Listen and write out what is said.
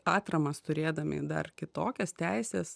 atramas turėdami dar kitokias teisės